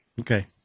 Okay